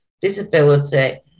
disability